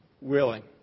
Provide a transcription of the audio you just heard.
willing